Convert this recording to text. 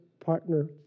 Partner